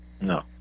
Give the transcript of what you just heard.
no